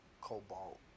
cobalt